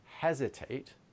hesitate